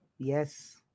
Yes